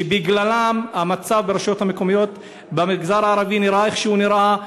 שבגללם המצב ברשויות המקומיות במגזר הערבי נראה איך שהוא נראה.